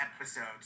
episodes